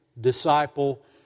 disciple